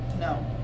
no